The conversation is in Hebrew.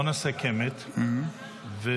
בוא נעשה קמט ונמשיך,